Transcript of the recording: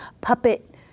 puppet